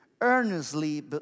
earnestly